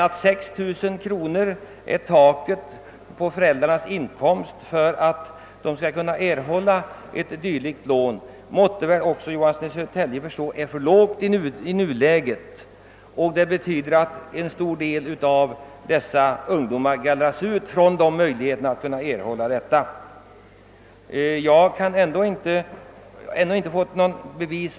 Herr Johansson i Södertälje måste väl förstå att det tak som är satt för att eleverna skall kunna erhålla studielån -— det lånebelopp eleven högst kan erhålla reduceras med 30 procent av den del av föräldrarnas till statlig inkomstskatt beskattningsbara inkomst som överstiger ett fribelopp av 6 000 kronor — i nuläget är alldeles för lågt. Det innebär att en stor del av ungdomarna inte kan få studielån.